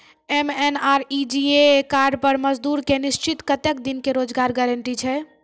MNREGA card पर मजदुर के निश्चित कत्तेक दिन के रोजगार गारंटी छै?